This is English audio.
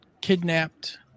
kidnapped